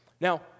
Now